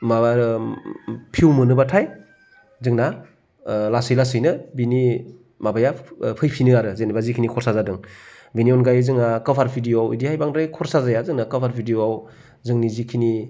माबा भिउ मोनोबाथाय जोंना लासै लासैनो बिनि माबाया फैफिनो आरो जेनेबा जिखिनि खरसा जादों बेनि अनगायै जोंहा कभार भिदिय'आव बिदिहाय बांद्राय खरसा जाया जोंना कभार भिदिय'आव जोंनि जिखिनि